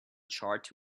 chart